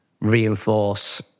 reinforce